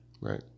Right